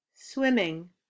Swimming